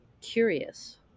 Curious